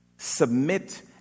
Submit